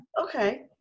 Okay